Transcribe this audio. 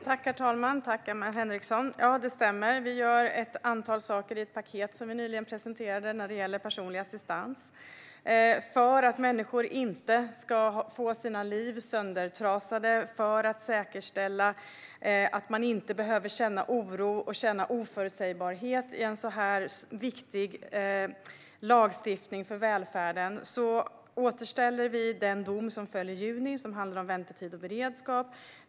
Herr talman! Jag tackar Emma Henriksson för frågan. Det stämmer att vi gör ett antal saker när det gäller personlig assistans i ett paket som vi nyligen presenterade. För att människor inte ska få sina liv söndertrasade och för att säkerställa att man inte behöver känna oro och oförutsägbarhet i en för välfärden så här viktig lagstiftning återställer vi den dom om väntetid och beredskap som föll i juni.